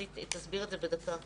היא תסביר את זה בדקה אחת.